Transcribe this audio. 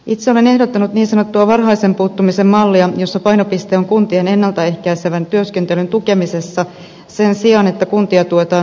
itse olen ehdottanut niin sanottua varhaisen puuttumisen mallia jossa painopiste on kuntien ennalta ehkäisevän työskentelyn tukemisessa sen sijaan että kuntia tuetaan huostaanottokustannuksissa